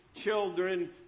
children